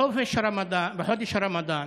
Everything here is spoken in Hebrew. בחודש הרמדאן